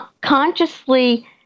consciously